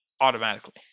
automatically